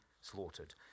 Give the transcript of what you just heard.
slaughtered